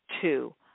two